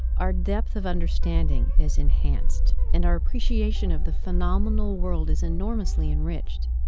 our depth of understanding is enhanced and our appreciation of the phenomenal world is enormously enriched.